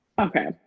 okay